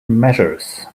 measures